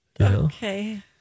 Okay